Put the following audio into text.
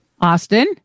Austin